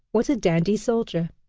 what a dandy soldier!